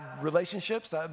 relationships